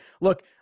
look